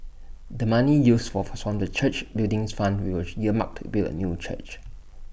the money used was from the church's buildings fund which were earmarked to build A new church